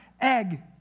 egg